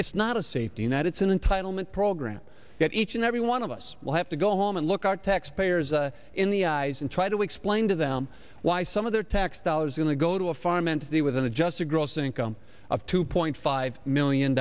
it's not a safety net it's an entitlement program that each and every one of us will have to go home and look our taxpayers in the eyes and try to explain to them why some of their tax dollars going to go to a farm entity with an adjusted gross income of two point five million